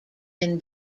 can